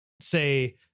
say